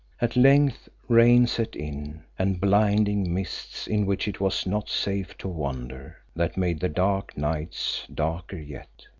at length rain set in, and blinding mists in which it was not safe to wander, that made the dark nights darker yet.